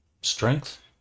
strength